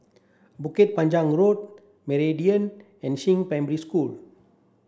Bukit Panjang Road Meridian and Primary School